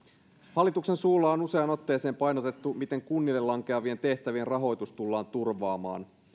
hallituksen suulla on useaan otteeseen painotettu miten kunnille lankeavien tehtävien rahoitus tullaan turvaamaan